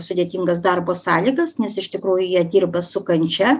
sudėtingas darbo sąlygas nes iš tikrųjų jie dirba su kančia